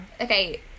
Okay